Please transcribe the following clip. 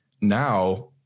Now